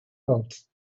else